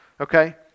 okay